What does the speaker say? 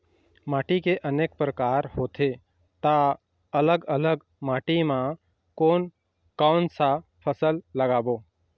माटी के अनेक प्रकार होथे ता अलग अलग माटी मा कोन कौन सा फसल लगाबो?